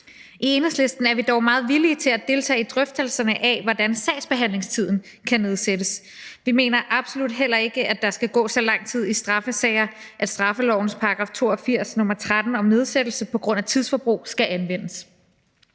I Enhedslisten er vi dog meget villige til at deltage i drøftelserne af, hvordan sagsbehandlingstiden kan nedsættes. Vi mener absolut heller ikke, at der skal gå så lang tid i straffesager, at straffelovens § 82, nr. 13, om nedsættelse på grund af tidsforbrug skal anvendes.